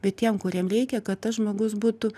bet tiem kuriem reikia kad tas žmogus būtų